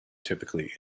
typically